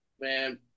Man